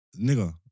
Nigga